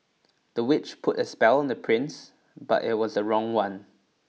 the witch put a spell on the prince but it was the wrong one